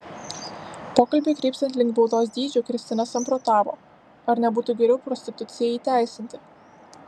pokalbiui krypstant link baudos dydžio kristina samprotavo ar nebūtų geriau prostituciją įteisinti